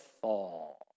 fall